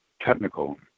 technical